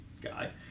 guy